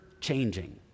changing